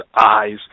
eyes